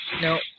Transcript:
no